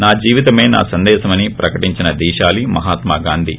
నా జీవితమే నా సందేశమని ప్రకటించిన ధీశాలి మహాత్మా గాంధీ